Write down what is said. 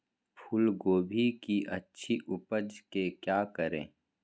फूलगोभी की अच्छी उपज के क्या करे?